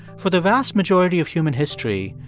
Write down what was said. for the vast majority of human history,